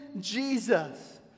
Jesus